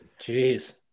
Jeez